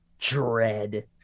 dread